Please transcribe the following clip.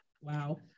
Wow